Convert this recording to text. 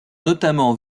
notamment